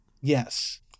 Yes